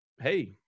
Hey